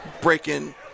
breaking